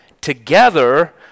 together